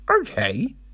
okay